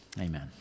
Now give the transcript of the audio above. amen